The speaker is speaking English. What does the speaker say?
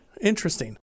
Interesting